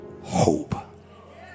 hope